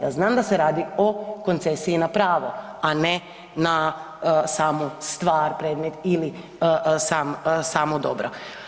Ja znam da se radi o koncesiji na pravo a ne na samu stvar, predmet ili samo dobro.